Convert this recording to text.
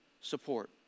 support